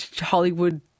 Hollywood